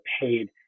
paid